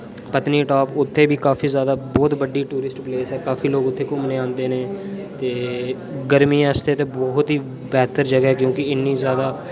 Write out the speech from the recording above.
पतनीटाप उत्थे बी काफी ज्यादा बहुत बड्डी टूरिस्ट प्लेस ऐ काफी लोक उथै घूमने की आंदे न ते गर्मीयें आस्तै बहुत ही बेहतर जगहा ऐ क्योंकि इन्नी ज्यादा